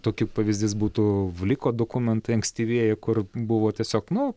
tokiu pavyzdys būtų vliko dokumentai ankstyvieji kur buvo tiesiog nu